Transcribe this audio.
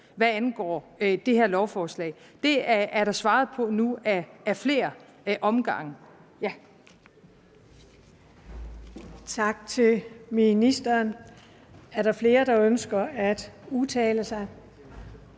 hvad angår det her lovforslag. Det er der nu svaret på ad flere omgange.